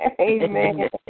Amen